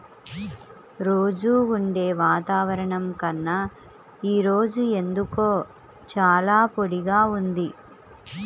రోజూ ఉండే వాతావరణం కన్నా ఈ రోజు ఎందుకో చాలా పొడిగా ఉంది